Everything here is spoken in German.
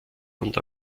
und